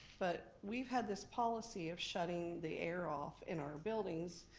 but we've had this policy of shutting the air off in our buildings,